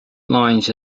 lines